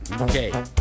Okay